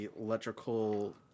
electrical